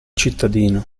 cittadino